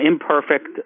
imperfect